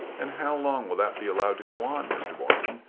and how long will that be allowed to go on, mr. morton?